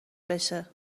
بشه